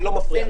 אני לא מפריע לה